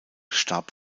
starb